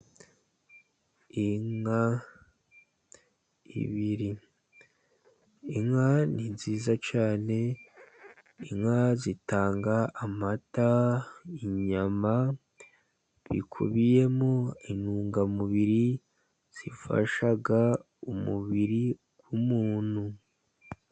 Inka ebyiri. Inka ni nziza cyane , zitanga amata, inyama, bikubiyemo intungamubiri zifasha umubiri w'umuntu .